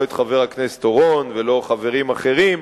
לא את חבר הכנסת אורון ולא חברים אחרים,